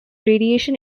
radiation